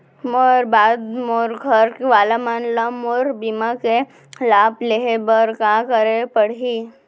मोर बाद मोर घर वाला मन ला मोर बीमा के लाभ लेहे बर का करे पड़ही?